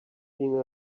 been